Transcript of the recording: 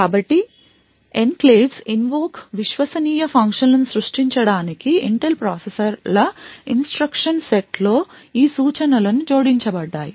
కాబట్టి enclaves invoke విశ్వసనీయ ఫంక్షన్లను సృష్టించడానికి Intel ప్రాసెసర్ల ఇన్స్ట్రక్షన్ సెట్ లో ఈ సూచనలు జోడించబడ్డాయి